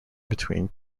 between